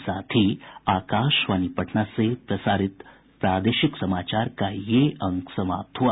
इसके साथ ही आकाशवाणी पटना से प्रसारित प्रादेशिक समाचार का ये अंक समाप्त हुआ